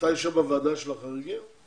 יושב בוועדה של החריגים?